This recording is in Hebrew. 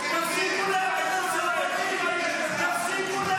זה סרבנות, תתביישו לכם.